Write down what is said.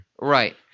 Right